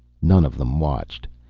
none of them watched.